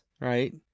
right